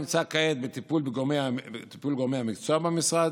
נמצא כעת בטיפול גורמי המקצוע במשרד,